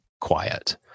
quiet